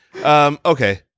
okay